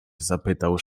zapytał